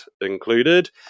included